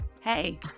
Hey